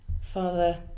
Father